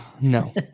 No